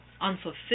unfulfilled